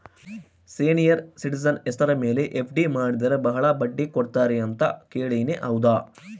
Senior citizen ಹೆಸರ ಮೇಲೆ FD ಮಾಡಿದರೆ ಬಹಳ ಬಡ್ಡಿ ಕೊಡ್ತಾರೆ ಅಂತಾ ಕೇಳಿನಿ ಹೌದಾ?